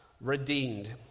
redeemed